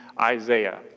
Isaiah